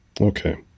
okay